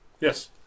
Yes